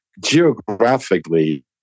Geographically